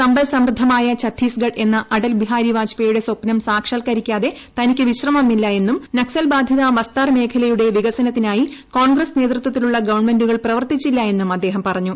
സമ്പൽസമൃദ്ധമായ ഛത്തീസ്ഗഡ് എന്ന അടൽ ബിഹാരി വാജ്പേയ്യുടെ സ്വപ്നം സാക്ഷാത്കരിക്കാതെ തനിക്ക് വിശ്രമമില്ല എന്നും നക്സൽ ബാധിത ബസ്താർ മേഖലയുടെ വികസനത്തിനായി കോൺഗ്രസ് നേതൃത്വത്തിലുള്ള ഗവണ്മെന്റുകൾ പ്രവർത്തിച്ചില്ല എന്നും അദ്ദേഹം പറഞ്ഞു